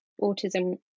autism